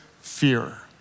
fear